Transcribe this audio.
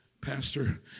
Pastor